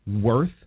worth